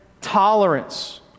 tolerance